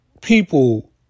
people